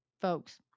folks